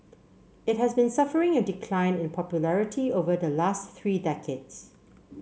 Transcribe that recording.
it has been suffering a decline in popularity over the last three decades